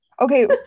okay